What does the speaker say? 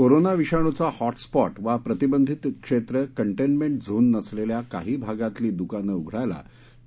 corona विषाणूचा hotspot वा प्रतिबंधित क्षेत्र कंटेंनमेंट झोन नसलेल्या काही भागातली दुकानं उघडायला